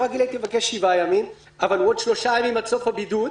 רגיל הייתי מבקשת שבעה ימים אבל עוד שלושה ימים עד סוף הבידוד,